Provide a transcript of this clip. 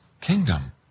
kingdom